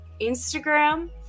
instagram